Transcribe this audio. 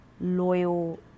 loyal